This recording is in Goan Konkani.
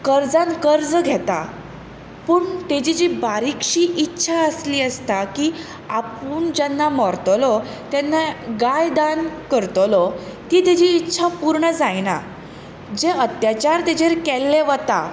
कर्जान कर्ज घेता पूण तेजी बारीकशी इत्सा आसली आसता की आपूण जेन्ना मरतलो तेन्ना गाय दान करतलो ती तेजी इत्सा पूर्ण जायना जे अत्याचार तेजेर केल्ले वता